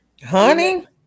honey